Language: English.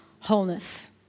wholeness